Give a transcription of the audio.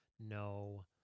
No